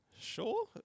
Sure